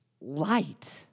light